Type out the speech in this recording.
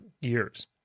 years